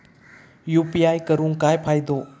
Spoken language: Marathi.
यू.पी.आय करून काय फायदो?